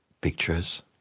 pictures